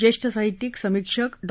जेष्ठ साहित्यिक समीक्षक डॉ